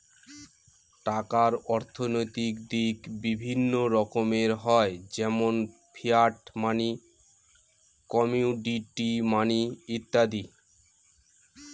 টাকার অর্থনৈতিক দিক বিভিন্ন রকমের হয় যেমন ফিয়াট মানি, কমোডিটি মানি ইত্যাদি